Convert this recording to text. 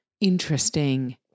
interesting